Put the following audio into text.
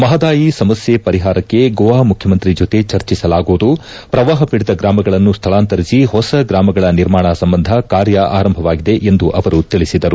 ಮಹದಾಯಿ ಸಮಸ್ಥೆ ಪರಿಹಾರಕ್ಕೆ ಗೋವಾ ಮುಖ್ಯಮಂತ್ರಿ ಜೊತೆ ಚರ್ಚಿಸಲಾಗುವುದು ಪ್ರವಾಪ ಪೀಡಿತ ಗ್ರಾಮಗಳನ್ನು ಸ್ಥಳಾಂತರಿಸಿ ಹೊಸ ಗ್ರಾಮಗಳ ನಿರ್ಮಾಣ ಸಂಬಂಧ ಕಾರ್ಯ ಆರಂಭವಾಗಿದೆ ಎಂದು ಅವರು ತಿಳಿಸಿದರು